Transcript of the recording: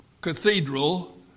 cathedral